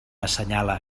assenyala